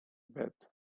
bit